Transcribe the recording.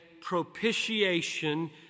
propitiation